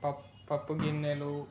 పప్ పప్పు గిన్నెలు